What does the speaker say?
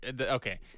okay